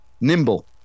nimble